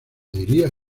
uniría